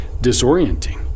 disorienting